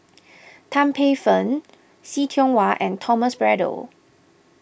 Tan Paey Fern See Tiong Wah and Thomas Braddell